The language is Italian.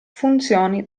funzioni